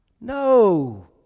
No